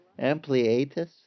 Ampliatus